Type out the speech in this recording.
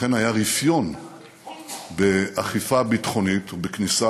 אכן היה רפיון באכיפה הביטחונית בכניסה